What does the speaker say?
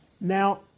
Now